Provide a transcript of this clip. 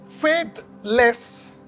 faithless